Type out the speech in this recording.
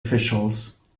officials